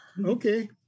Okay